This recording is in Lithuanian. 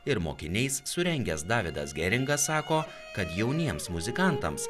ir mokiniais surengęs davidas geringas sako kad jauniems muzikantams